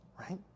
right